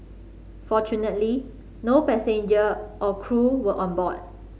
fortunately no passenger or crew were on board